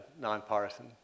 nonpartisan